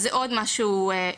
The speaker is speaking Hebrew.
אז זה עוד משהו שלמדנו.